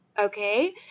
Okay